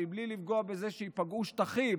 מבלי לפגוע בזה שייפגעו שטחים,